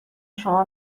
شما